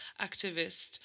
activist